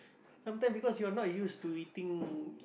sometimes because your not used to eating